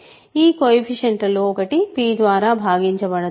ఈ కొయెఫిషియంట్లలో ఒకటి p ద్వారా భాగించబడదు